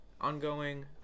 ongoing